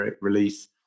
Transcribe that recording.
release